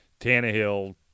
Tannehill